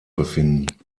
befinden